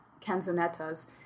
canzonettas